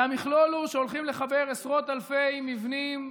והמכלול הוא שהולכים לחבר עשרות אלפי מבנים,